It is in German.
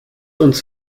uns